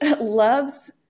loves